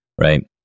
right